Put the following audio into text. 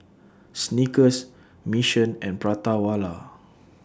Snickers Mission and Prata Wala